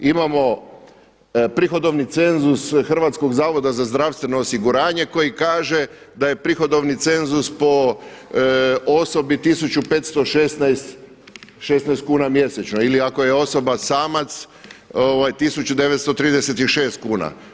Imamo prihodovni cenzus Hrvatskog zavoda za zdravstveno osiguranje koji kaže da je prihodovni cenzus po osobi 1516 kuna mjesečno ili ako je osoba samac 1936 kuna.